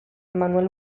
manel